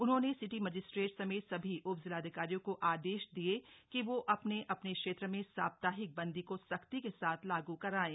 उन्होंने city magistrate समेत सभी उपजिलाधिकारियों को आदेश दिए कि वह अपने अपने क्षेत्र में साप्ताहिक बंदी को सख्ती के साथ लागू कराएं